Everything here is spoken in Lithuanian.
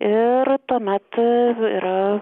ir tuomet yra